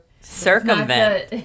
Circumvent